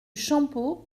champeaux